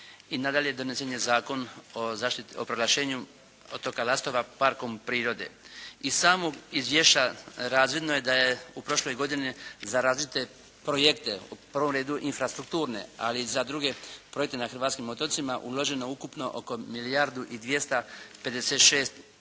I nadalje, donesen je Zakon o proglašenju otoka Lastova Parkom prirode. Iz samog izvješća razvidno je da je u prošloj godini za različite projekte, u prvom redu infrastrukturne, ali i za druge projekte na hrvatskim otocima uloženo ukupno oko milijardu i 256 milijuna kuna,